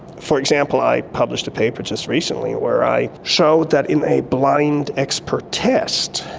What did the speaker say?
for example, i published a paper just recently where i showed that in a blind expert test,